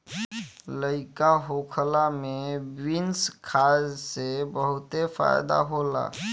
लइका होखला में बीन्स खाए से बहुते फायदा होला